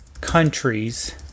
countries